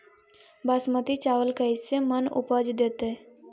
बासमती चावल कैसे मन उपज देतै?